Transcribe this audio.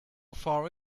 far